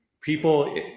people